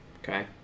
Okay